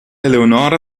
eleonora